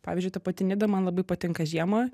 pavyzdžiui ta pati nida man labai patinka žiemą